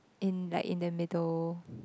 in like in the middle